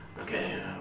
Okay